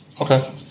okay